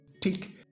take